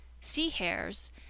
sea-hares